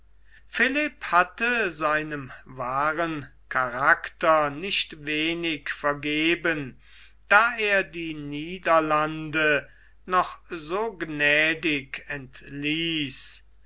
philipp hatte seinem wahren charakter nicht wenig vergeben da er die niederlande noch so